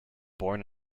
born